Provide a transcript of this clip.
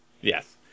Yes